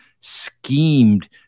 schemed